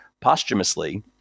posthumously